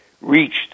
reached